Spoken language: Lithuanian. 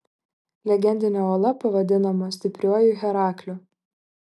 legendinė uola pavadinama stipriuoju herakliu